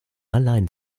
allein